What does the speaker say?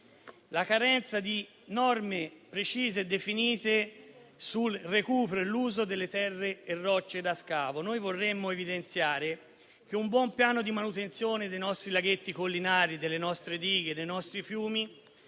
alla carenza di norme precise e definite sul recupero e l'uso delle terre e rocce da scavo. Noi vorremmo evidenziare che un buon piano di manutenzione dei nostri laghetti collinari, delle nostre dighe e dei nostri fiumi